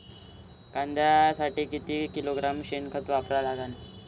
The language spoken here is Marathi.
कांद्यासाठी किती किलोग्रॅम शेनखत वापरा लागन?